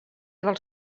dels